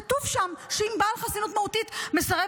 כתוב שם שאם בעל חסינות מהותית מסרב